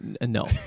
no